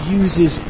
uses